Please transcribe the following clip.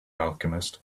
alchemist